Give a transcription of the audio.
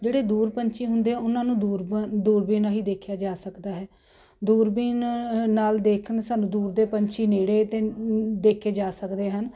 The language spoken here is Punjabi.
ਜਿਹੜੇ ਦੂਰ ਪੰਛੀ ਹੁੰਦੇ ਆ ਉਹਨਾਂ ਨੂੰ ਦੂਰਬੀ ਦੂਰਬੀਨ ਰਾਹੀਂ ਦੇਖਿਆ ਜਾ ਸਕਦਾ ਹੈ ਦੂਰਬੀਨ ਨਾਲ ਦੇਖਣ ਸਾਨੂੰ ਦੂਰ ਦੇ ਪੰਛੀ ਨੇੜੇ ਅਤੇ ਦੇਖੇ ਜਾ ਸਕਦੇ ਹਨ